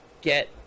get